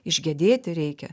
išgedėti reikia